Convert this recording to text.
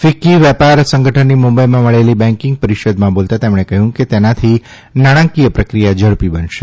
ફીક્કી વેપાર સંગઠનની મુંબઇમાં મળેલી બેન્કીંગ પરિષદમાં બોલતાં તેમણે કહ્યું કે તેનાથી નાણાકીય પ્રક્રિયા ઝડપી બનશે